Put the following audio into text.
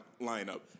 lineup